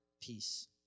peace